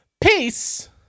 Peace